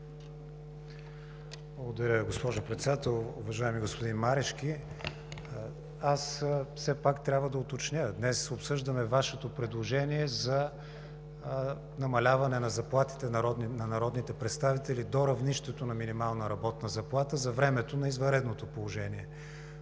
Благодаря Ви, госпожо Председател. Уважаеми господин Марешки, все пак трябва да уточня – днес обсъждаме Вашето предложение за намаляване на заплатите на народните представители до равнището на минималната работна заплата за времето на извънредното положение.